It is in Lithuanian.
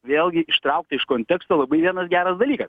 vėlgi ištraukta iš konteksto labai vienas geras dalykas